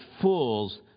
fools